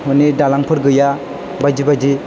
मानि दालांफोरबो गैया बायदि बायदि